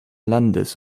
landes